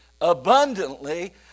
Abundantly